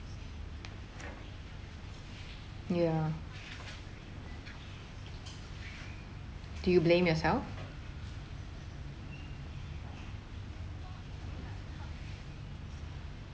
ya do you blame yourself